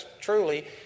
truly